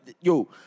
yo